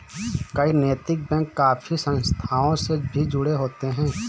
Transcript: कई नैतिक बैंक काफी संस्थाओं से भी जुड़े होते हैं